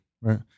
Right